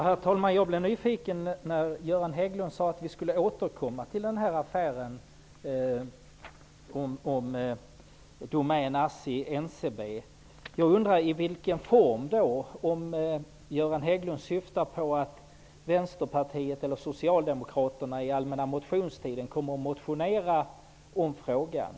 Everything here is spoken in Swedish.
Herr talman! Jag blev nyfiken när Göran Hägglund sade att vi skall återkomma till affären Domän-- ASSI--NCB. I vilken form kommer det att ske? Syftar Göran Hägglund på att Vänsterpartiet eller Socialdemokraterna kommer att motionera om frågan under den allmänna motionstiden?